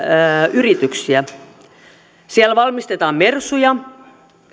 yrityksiä siellä valmistetaan mersuja